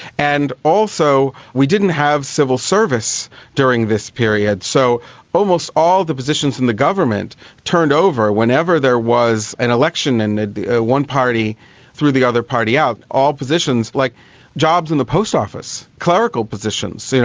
and also we didn't have civil service during this period, so almost all the positions in the government turned over whenever there was an election and ah one party threw the other party out, all positions, like jobs in the post office, clerical positions,